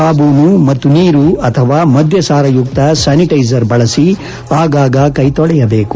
ಸಾಬೂನು ಮತ್ತು ನೀರು ಅಥವಾ ಮದ್ಯಸಾರಯುಕ್ತ ಸ್ಥಾನಿಟ್ಟೆಜರ್ ಬಳಸಿ ಆಗಾಗ ಕೈ ತೊಳೆಯಬೇಕು